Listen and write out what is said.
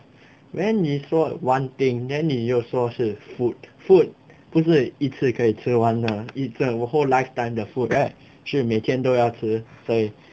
then 你说 one thing then 你又说是 food food 不是一次可以吃完的一次 whole lifetime 的 food right 是每天都要吃所以